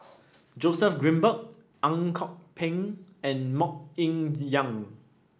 Joseph Grimberg Ang Kok Peng and MoK Ying Jang